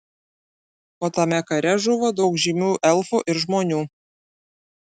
o tame kare žuvo daug žymių elfų ir žmonių